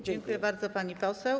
Dziękuję bardzo, pani poseł.